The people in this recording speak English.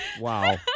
Wow